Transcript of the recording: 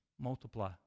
Multiply